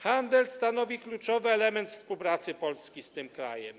Handel stanowi kluczowy element współpracy Polski z tym krajem.